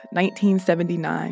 1979